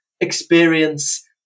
experience